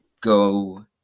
go